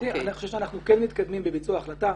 אני חושב שאנחנו כן מתקדמים בביצוע ההחלטה.